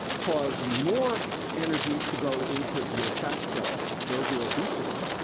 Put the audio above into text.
cause more energy to go into your fat cell. there's your obesity.